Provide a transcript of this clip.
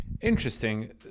Interesting